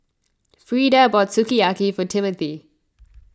Freeda bought Sukiyaki for Timmothy